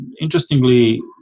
interestingly